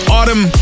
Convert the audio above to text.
Autumn